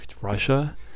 russia